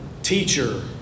Teacher